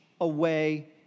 away